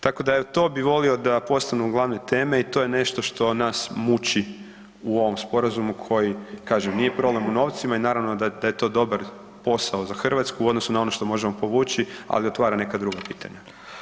Tako da bi to volio da postanu glavne teme i to je nešto što nas muči u ovom sporazumu koji kažem nije problem u novcima i naravno da je to dobar posao za Hrvatsku u odnosu na ono što možemo povući, ali otvara neka druga pitanja.